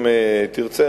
אם תרצה,